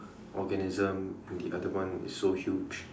organism and the other one is so huge